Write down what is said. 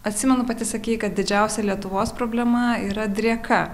atsimenu pati sakei kad didžiausia lietuvos problema yra drieka